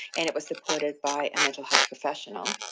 and it was supported by a mental health professional.